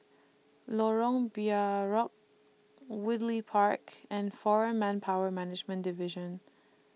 Lorong Woodleigh Park and Foreign Manpower Management Division